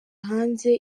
hanze